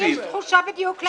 לי יש תחושה בדיוק להיפך.